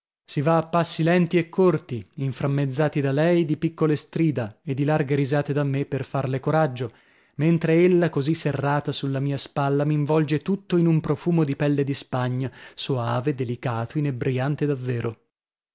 si va a passi lenti e corti inframmezzati da lei di piccole strida e di larghe risate da me per farle coraggio mentre ella così serrata sulla mia spalla m'involge tutto in un profumo di pelle di spagna soave delicato inebbriante davvero